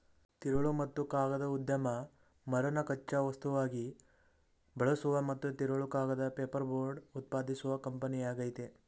ತಿರುಳು ಮತ್ತು ಕಾಗದ ಉದ್ಯಮ ಮರನ ಕಚ್ಚಾ ವಸ್ತುವಾಗಿ ಬಳಸುವ ಮತ್ತು ತಿರುಳು ಕಾಗದ ಪೇಪರ್ಬೋರ್ಡ್ ಉತ್ಪಾದಿಸುವ ಕಂಪನಿಯಾಗಯ್ತೆ